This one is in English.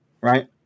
right